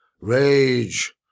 rage